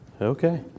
Okay